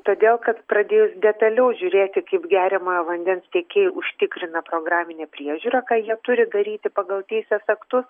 todėl kad pradėjus detaliau žiūrėti kaip geriamojo vandens tiekėjai užtikrina programinę priežiūrą ką jie turi daryti pagal teisės aktus